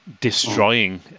destroying